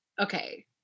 okay